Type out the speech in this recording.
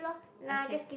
okay